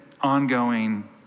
ongoing